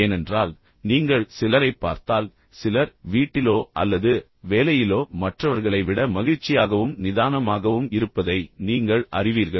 ஏனென்றால் நீங்கள் சிலரைப் பார்த்தால் சிலர் வீட்டிலோ அல்லது வேலையிலோ மற்றவர்களை விட மகிழ்ச்சியாகவும் நிதானமாகவும் இருப்பதை நீங்கள் அறிவீர்கள்